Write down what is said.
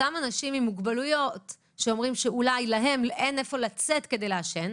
אותם אנשים עם מוגבלויות שאומרים שאולי להם אין לאן לצאת כדי לעשן,